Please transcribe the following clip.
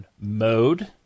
mode